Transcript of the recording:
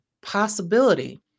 possibility